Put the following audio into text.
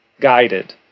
guided